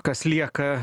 kas lieka